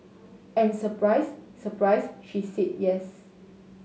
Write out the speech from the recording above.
and surprise surprise she said yes